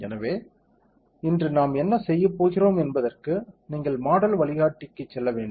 எனவே இன்று நாம் என்ன செய்யப் போகிறோம் என்பதற்கு நீங்கள் மாடல் வழிகாட்டிக்குச் செல்ல வேண்டும்